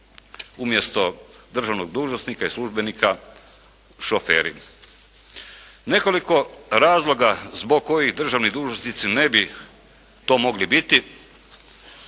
umjesto državnog dužnosnika i službenika šoferi. Nekoliko razloga zbog kojih državni dužnosnici ne bi to mogli biti.